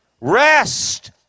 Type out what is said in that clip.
rest